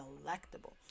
delectable